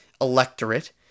electorate